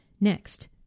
Next